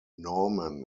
norman